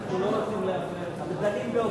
אנחנו לא רוצים להפריע לך להפריע לדמוקרטיה.